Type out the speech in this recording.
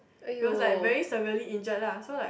he was like very severely injured lah so like